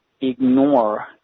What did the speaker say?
ignore